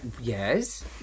Yes